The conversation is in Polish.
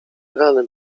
rany